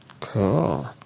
Cool